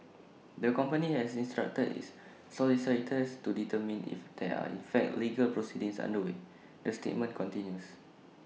the company has instructed its solicitors to determine if there are in fact legal proceedings underway the statement continues